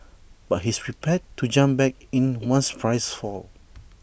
but he's prepared to jump back in once prices fall